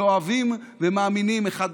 שאוהבים ומאמינים אחד בשני.